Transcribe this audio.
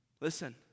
Listen